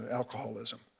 alcoholism.